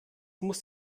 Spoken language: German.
muss